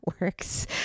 works